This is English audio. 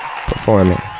Performing